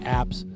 apps